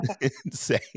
insane